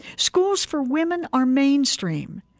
schools for women are mainstream.